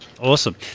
Awesome